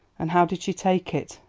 and how did she take it?